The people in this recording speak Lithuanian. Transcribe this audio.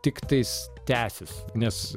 tiktais tęsis nes